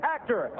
Actor